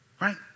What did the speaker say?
Right